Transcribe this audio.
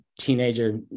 teenager